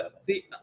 See